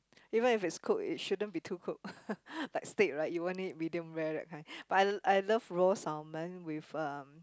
even if it's cook it shouldn't be too cooked like steak right you won't eat medium rare that kind but I I love raw salmon with um